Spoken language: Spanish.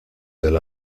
del